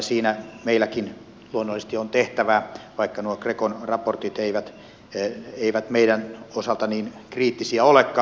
siinä meilläkin luonnollisesti on tehtävää vaikka nuo grecon raportit eivät meidän osaltamme niin kriittisiä olekaan